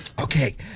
Okay